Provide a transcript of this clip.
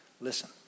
Listen